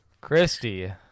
Christy